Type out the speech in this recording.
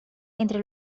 entre